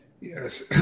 Yes